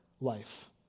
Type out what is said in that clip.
life